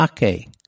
Ake